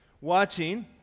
watching